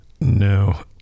No